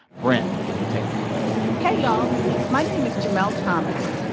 brent, play the tape hey, y'all. my name is jamelle thomas.